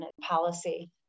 policy